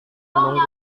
menunggu